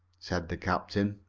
said the captain.